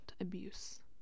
abuse